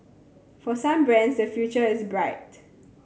for some brands the future is bright